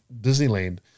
Disneyland